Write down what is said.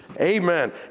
Amen